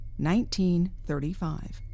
1935